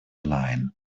line